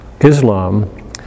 Islam